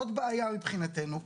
זאת בעיה מבחינתנו,